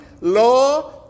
law